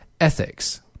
ethics